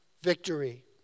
Victory